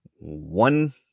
One